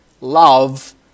love